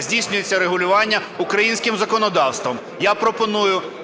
здійснюється регулювання українським законодавством.